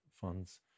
funds